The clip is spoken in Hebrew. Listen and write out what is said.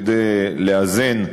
כדי לאזן,